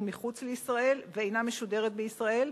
לציבור מחוץ לישראל ואינה משודרת בישראל,